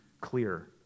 clear